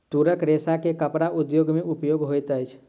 तूरक रेशा के कपड़ा उद्योग में उपयोग होइत अछि